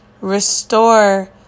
restore